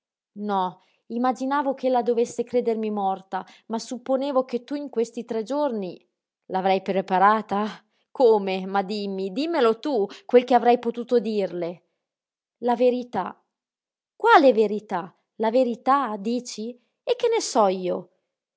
no imaginavo ch'ella dovesse credermi morta ma supponevo che tu in questi tre giorni l'avrei preparata come ma dimmi dimmelo tu quel che avrei potuto dirle la verità quale verità la verità dici e che ne so io